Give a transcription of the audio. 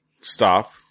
stop